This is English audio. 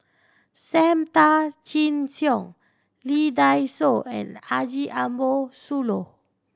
Sam Tan Chin Siong Lee Dai Soh and Haji Ambo Sooloh